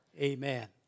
amen